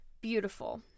beautiful